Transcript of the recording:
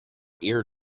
ear